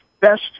best